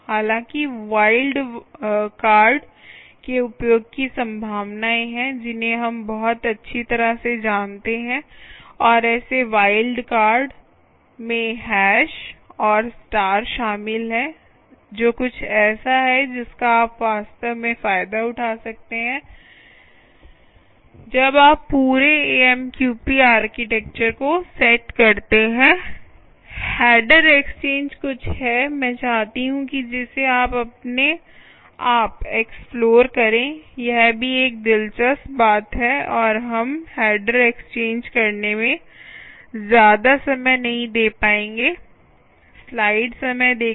हालाँकि wild card के उपयोग की संभावनाएं हैं जिन्हें हम बहुत अच्छी तरह से जानते हैं और ऐसे वाइल्डकार्ड में हैश और स्टार शामिल हैं जो कुछ ऐसा है जिसका आप वास्तव में फायदा उठा सकते हैं जब आप पूरे एएमक्यूपी आर्किटेक्चर को सेट करते हैं हेडर एक्सचेंज कुछ है मैं चाहती हूं कि जिसे आप अपने आप एक्स्प्लोर करें यह भी एक दिलचस्प बात है और हम हेडर एक्सचेंज करने में ज्यादा समय नहीं दे पाएंगे